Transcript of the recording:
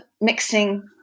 mixing